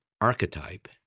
archetype